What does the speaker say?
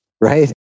right